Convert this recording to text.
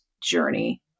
journey